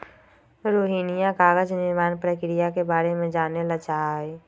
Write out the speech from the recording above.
रोहिणीया कागज निर्माण प्रक्रिया के बारे में जाने ला चाहा हई